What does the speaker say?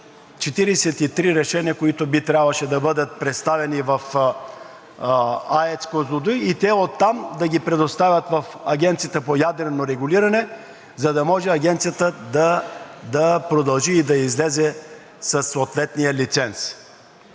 43 решения, които трябваше да бъдат представени в АЕЦ „Козлодуй“, и те оттам да ги предоставят в Агенцията по ядрено регулиране, за да може Агенцията да продължи и да излезе със съответния лиценз.